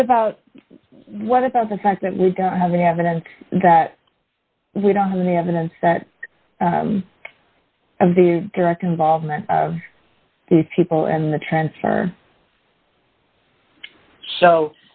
what about what about the fact that we don't have any evidence that we don't have any evidence of the direct involvement people and the transfer so